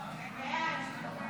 יש עתיד